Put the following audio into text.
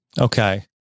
Okay